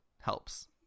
helps